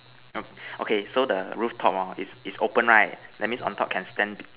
okay so the rooftop hor is is open right means on top can stand